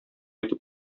итеп